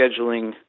scheduling